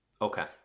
okay